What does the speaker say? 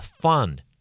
fund